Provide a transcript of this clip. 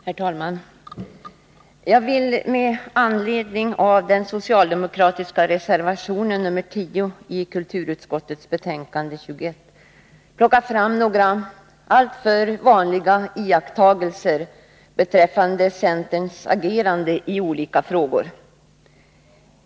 Herr talman! Jag vill med anledning av den socialdemokratiska reservationen nr 10 vid kulturutskottets betänkande 1981/82:29 plocka fram några alltför vanliga iakttagelser beträffande centerns agerande i olika frågor.